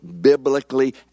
biblically